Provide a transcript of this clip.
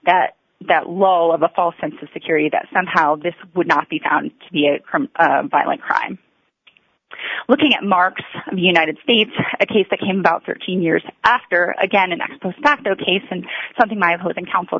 that that low of a false sense of security that somehow this would not be found to be a violent crime looking at marks united states a case that came about thirteen years after again an ex post facto case and something my hope and counsel